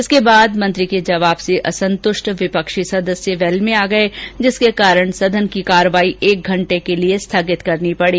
इसके बाद मंत्री के जवाब से असंतुष्ट विपक्षी सदस्य वैल में आ गये जिसके कारण सदन की कार्यवाही एक घंटे के लिये स्थगित करनी पड़ी